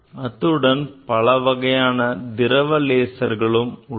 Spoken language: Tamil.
அத்துடன் பலவகையான திரவ லேசர்களும் உள்ளன